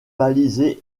balisés